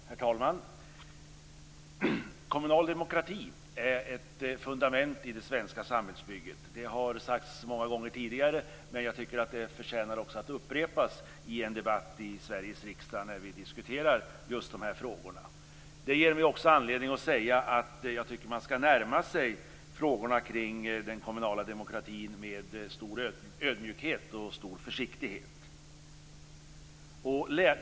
Herr talman! Kommunal demokrati är ett fundament i det svenska samhällsbygget. Det har sagts många gånger tidigare, men jag tycker att det förtjänar att upprepas i en debatt i Sveriges riksdag när vi diskuterar just de här frågorna. Det ger mig också anledning att säga att jag tycker att man skall närma sig frågorna kring den kommunala demokratin med stor ödmjukhet och stor försiktighet.